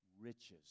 riches